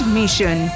mission